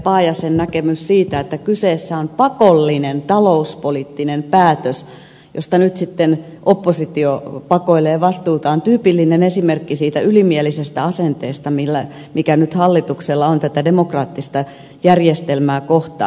paajasen näkemys siitä että kyseessä on pakollinen talouspoliittinen päätös josta nyt oppositio pakoilee vastuutaan on tyypillinen esimerkki siitä ylimielisestä asenteesta mikä hallituksella on tätä demokraattista järjestelmää kohtaan